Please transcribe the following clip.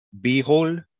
behold